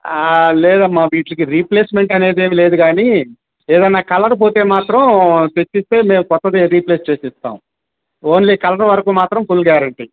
లేదమ్మ వీటికి రీప్లేస్మెంట్ అనేదేమి లేదు కాని ఏదన్నా కలర్ పోతే మాత్రం తెచ్చిస్తే మేము కొత్తది రీప్లేస్ చేసి ఇస్తాం ఓన్లీ కలర్ వరకు మాత్రం ఫుల్ గ్యారెంటి